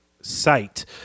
site